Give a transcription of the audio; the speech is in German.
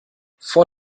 vor